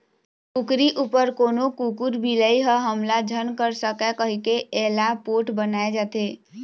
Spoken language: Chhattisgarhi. कुकरी उपर कोनो कुकुर, बिलई ह हमला झन कर सकय कहिके एला पोठ बनाए जाथे